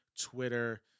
Twitter